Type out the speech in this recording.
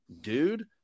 dude